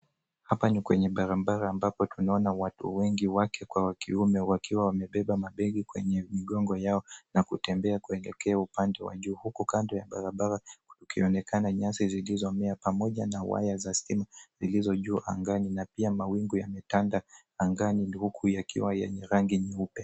Hapa ni kwenye barabara ambapo tunaona watu wengi, wake kwa wakiume wakiwa wamebeba mabegi kwenye migongo yao na kutembea kuelekea upande wa juu, huku kando ya barabara kukionekana nyasi zilizomea pamoja na waya za stima zilizojuu angani na pia mawingu yametanda angani huku yakiwa yenye rangi ya nyeupe.